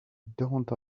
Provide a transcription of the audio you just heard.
don’t